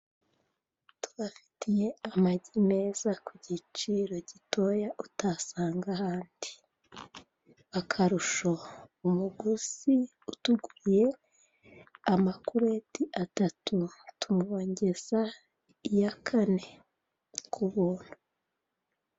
Tubafitiye amagi meza ku giciro gitoya utasanga ahandi. akarusho umuguzi utuguriye amakurete atatu tumwongeza iya kane ku buntu.